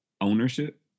ownership